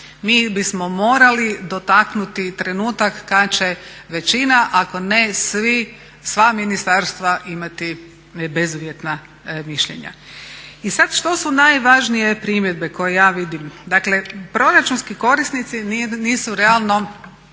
mi bismo morali dotaknuti trenutak kad će većina ako ne sva ministarstva imati bezuvjetna mišljenja. I sad što su najvažnije primjedbe koje ja vidim? Dakle, proračunski korisnici nisu realno